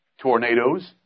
Tornadoes